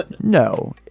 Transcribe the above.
no